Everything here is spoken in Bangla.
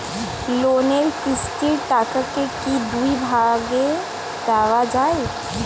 লোনের কিস্তির টাকাকে কি দুই ভাগে দেওয়া যায়?